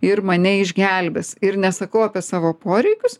ir mane išgelbės ir nesakau apie savo poreikius